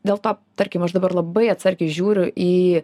dėl to tarkim aš dabar labai atsargiai žiūriu į